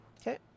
okay